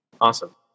Awesome